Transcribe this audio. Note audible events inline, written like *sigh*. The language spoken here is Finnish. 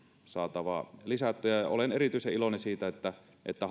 saatava lisättyä ja olen erityisen iloinen siitä että *unintelligible*